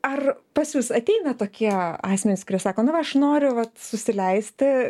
ar pas jus ateina tokie asmenys kurie sako nu va aš noriu vat susileisti